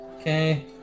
Okay